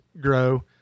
grow